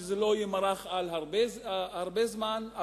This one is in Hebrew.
שזה לא יימרח על הרבה זמן,